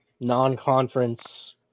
non-conference